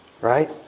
Right